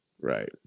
Right